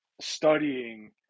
studying